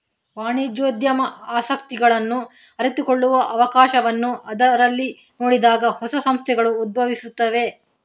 ವಾಣಿಜ್ಯೋದ್ಯಮ ಆಸಕ್ತಿಗಳನ್ನು ಅರಿತುಕೊಳ್ಳುವ ಅವಕಾಶವನ್ನು ಅವರಲ್ಲಿ ನೋಡಿದಾಗ ಹೊಸ ಸಂಸ್ಥೆಗಳು ಉದ್ಭವಿಸುತ್ತವೆ